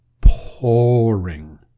pouring